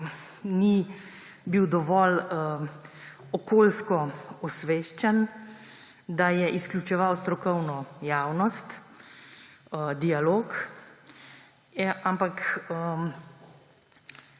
ni bil dovolj okoljsko osveščen, da je izključeval strokovno javnost, dialog in